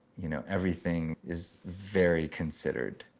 you know, everything is very considered.